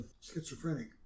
schizophrenic